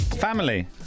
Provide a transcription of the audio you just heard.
Family